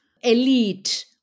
elite